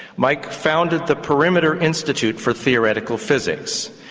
mike founded the perimeter institute for theoretical physics,